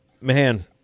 man